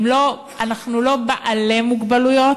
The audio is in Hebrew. אנחנו לא בעלי מוגבלויות,